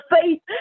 faith